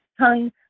tongue